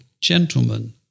gentlemen